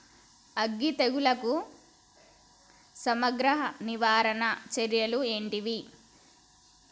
అగ్గి తెగులుకు సమగ్ర నివారణ చర్యలు ఏంటివి?